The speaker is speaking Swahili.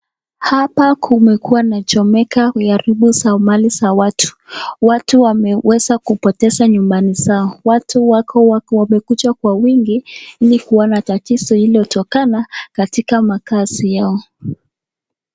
Hapa kumekuwa na chomeka imeharibu mali za watu. Watu wameweza kupoteza nyumbani zao. Watu wako wamekuja kwa wingi ili kuona tatizo iliotokana katika makazi yao.